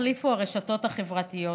החליפו הרשתות החברתיות,